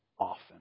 often